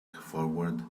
forward